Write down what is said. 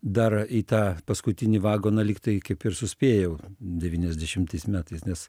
dar į tą paskutinį vagoną lyg tai kaip ir suspėjau devyniasdešimtais metais nes